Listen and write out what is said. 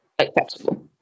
acceptable